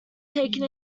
taken